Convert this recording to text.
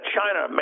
China